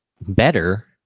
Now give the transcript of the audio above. better